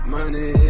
Money